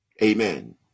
Amen